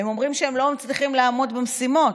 הם אומרים שהם לא מצליחים לעמוד במשימות.